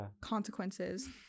consequences